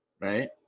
right